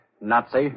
Nazi